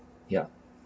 yeah